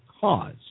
cause